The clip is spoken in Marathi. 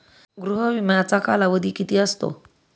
गृह विम्याचा कालावधी किती असतो?